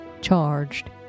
charged